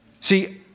See